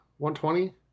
$120